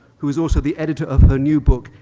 who is also the editor of her new book,